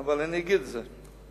אבל אני אגיד את זה.